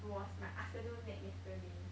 was my afternoon nap yesterday